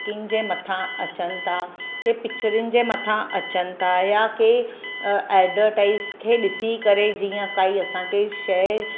cooking जे मथां अचनि था के पिक्चरियुनि जे मथां अचनि था या के एडवर्टाइज खे ॾिसी करे जीअं काई असांखे शइ